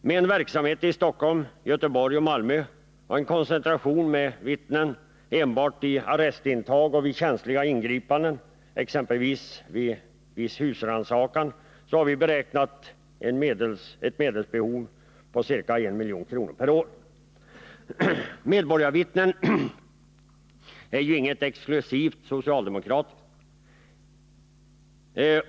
Med en verksamhet i Stockholm, Göteborg och Malmö och en koncentration med vittnen enbart i arrestintag och vid känsliga ingripanden — exempelvis vid viss husrannsakan — har vi beräknat medelsbehovet till ca 1 milj.kr. per år. Tanken på medborgarvittnen är ju inget exklusivt socialdemokratiskt.